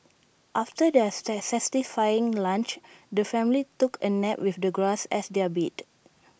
after their satisfying lunch the family took A nap with the grass as their bed